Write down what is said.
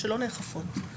שלא נאכפות.